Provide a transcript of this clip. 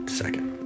second